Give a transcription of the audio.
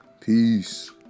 Peace